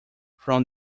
from